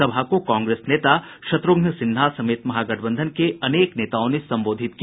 सभा को कांग्रेस नेता शत्रुघ्न सिन्हा समेत महागठबंधन के अनेक नेताओं ने भी संबोधित किया